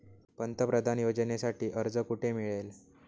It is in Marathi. पंतप्रधान योजनेसाठी अर्ज कुठे मिळेल?